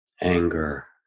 anger